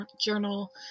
Journal